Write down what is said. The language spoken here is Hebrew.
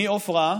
אימי עפרה,